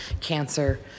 cancer